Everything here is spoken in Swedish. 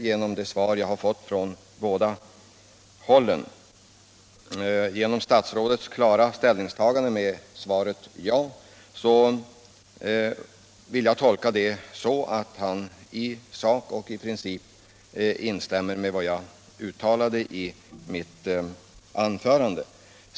Statsrådets klara ställningstagande med svaret 105 Radio och television i utbildningsväsendet ja vill jag tolka så att han i sak och i princip instämmer i vad jag uttalade i mitt anförande.